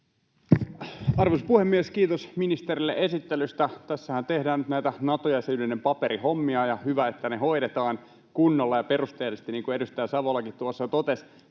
Arvoisa puhemies! Kiitos ministerille esittelystä. Tässähän tehdään nyt näitä Nato-jäsenyyden paperihommia, ja on hyvä, että ne hoidetaan kunnolla ja perusteellisesti, niin kuin edustaja Savolakin tuossa totesi.